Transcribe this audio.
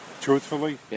Truthfully